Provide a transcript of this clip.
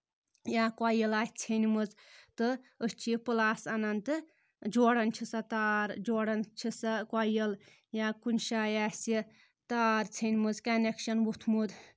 یا کۄیِل آسہِ ژھیٚنمٕژ تہٕ أسۍ چھِ یہِ پٕلاس اَنَان تہٕ جوڑَان چھِ سۄ تار جوڑَان چھِ سۄ کۄیِل یا کُنہِ جایہِ آسہِ تار ژھیٚنمٕژ کَنؠکشَن وُتھمُت